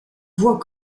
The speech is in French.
voie